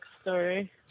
story